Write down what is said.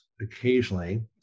occasionally